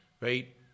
Right